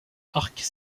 arcs